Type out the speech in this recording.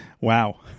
wow